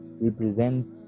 represents